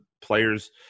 players